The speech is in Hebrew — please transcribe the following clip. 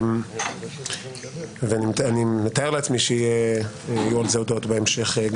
אני מתאר לעצמי שיהיו על זה הודעות בהמשך,